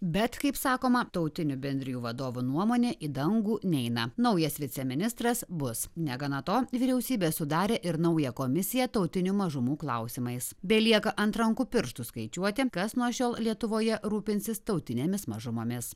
bet kaip sakoma tautinių bendrijų vadovų nuomonė į dangų neina naujas viceministras bus negana to vyriausybė sudarė ir naują komisiją tautinių mažumų klausimais belieka ant rankų pirštų skaičiuoti kas nuo šiol lietuvoje rūpinsis tautinėmis mažumomis